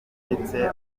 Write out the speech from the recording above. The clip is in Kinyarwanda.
ndetse